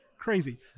crazy